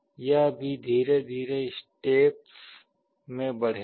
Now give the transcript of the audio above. यह भी धीरे धीरे स्टेप में बढ़ेगा